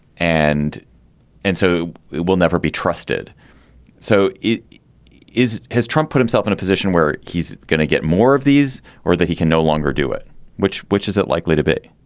and and so it will never be trusted so it is has trump put himself in a position where he's going to get more of these or that he can no longer do it which which is it likely to be